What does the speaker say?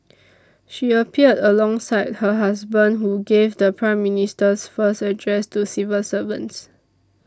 she appeared alongside her husband who gave the Prime Minister's first address to civil servants